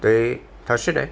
તો એ થશે ને